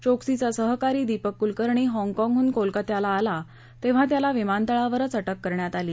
चोक्सीचा सहकारी दीपक कुलकर्णी हँगकाँगहून कोलकत्याला आला तेव्हा त्याला विमानतळावरच अटक करण्यात आली